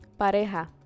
Pareja